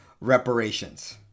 reparations